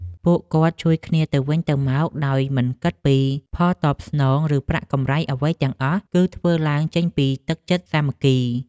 ពួកគាត់ជួយគ្នាទៅវិញទៅមកដោយមិនគិតពីផលតបស្នង ឬប្រាក់កម្រៃអ្វីទាំងអស់ គឺធ្វើឡើងចេញពីទឹកចិត្តសាមគ្គី។